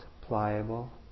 pliable